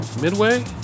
midway